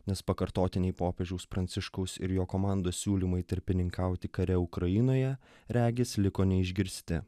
nes pakartotiniai popiežiaus pranciškaus ir jo komandos siūlymai tarpininkauti kare ukrainoje regis liko neišgirsti